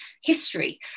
history